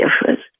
difference